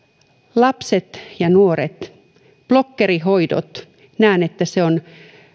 lapset ja nuoret blokkerihoidot näen että se on